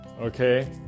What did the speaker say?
Okay